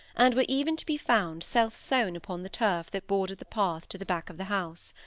and were even to be found self-sown upon the turf that bordered the path to the back of the house.